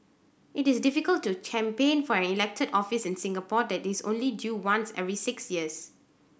it is difficult to campaign for an elected office in Singapore that is only due once every six years